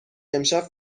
امشب